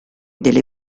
delle